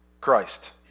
Christ